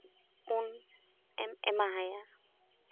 ᱩᱱ ᱮᱢ ᱮᱢᱟᱦᱟᱭᱟ